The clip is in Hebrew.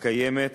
הקיימת